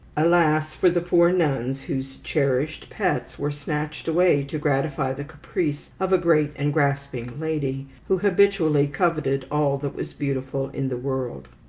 alas for the poor nuns, whose cherished pets were snatched away to gratify the caprice of a great and grasping lady, who habitually coveted all that was beautiful in the world.